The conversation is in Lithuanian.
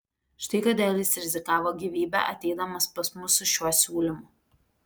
štai kodėl jis rizikavo gyvybe ateidamas pas mus su šiuo siūlymu